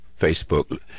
Facebook